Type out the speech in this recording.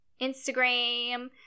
Instagram